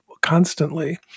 constantly